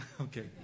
Okay